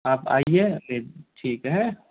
आप आईए ले ठीक है